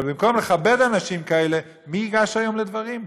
אבל במקום לכבד אנשים כאלה, מי ייגש היום לדברים?